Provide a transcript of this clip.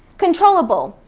controllable,